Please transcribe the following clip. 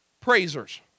praisers